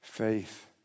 Faith